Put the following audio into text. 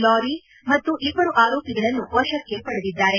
lorry ಮತ್ತು ಇಬ್ಬರು ಆರೋಪಿಗಳನ್ನು ವಶಕ್ಕೆ ಪಡೆದಿದ್ದಾರೆ